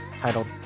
titled